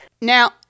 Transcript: Now